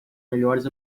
melhores